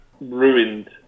ruined